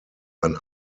ein